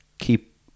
keep